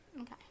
Okay